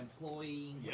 employee